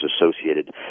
associated